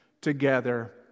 together